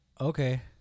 Okay